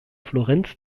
florenz